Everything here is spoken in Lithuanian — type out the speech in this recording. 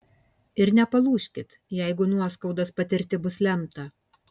ir nepalūžkit jeigu nuoskaudas patirti bus lemta